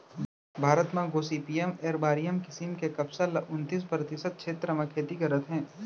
भारत म gossypium arboreum किसम के कपसा ल उन्तीस परतिसत छेत्र म खेती करत हें